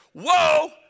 whoa